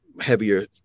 heavier